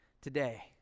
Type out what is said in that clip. today